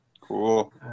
Cool